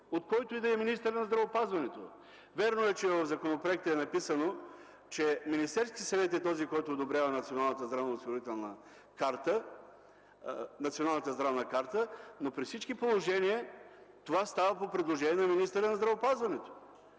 от който и да е министър на здравеопазването! Вярно е, че в законопроекта е написано, че Министерският съвет е този, който одобрява Националната здравна карта, но при всички положения това става по предложение на министъра на здравеопазването!